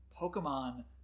Pokemon